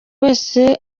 wese